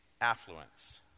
affluence